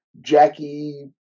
Jackie